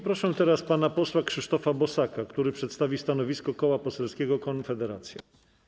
Proszę teraz pana posła Krzysztofa Bosaka, który przedstawi stanowisko Koła Poselskiego Konfederacja.